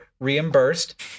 reimbursed